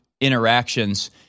interactions